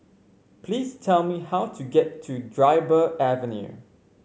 please tell me how to get to Dryburgh Avenue